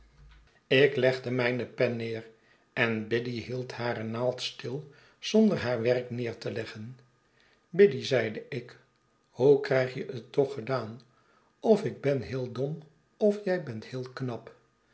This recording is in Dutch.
ik legde mijne pen neer f en biddy hield hare naald stil zonder haar werk neer te leggen biddy zeide ik hoe krijg je het toch gedaan of ik ben heel dom of jij bent heel knap